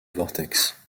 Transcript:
vortex